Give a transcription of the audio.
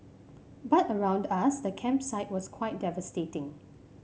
but around us the campsite was quite devastating